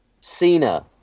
Cena